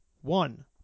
one